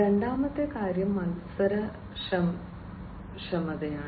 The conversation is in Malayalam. രണ്ടാമത്തെ കാര്യം മത്സരക്ഷമതയാണ്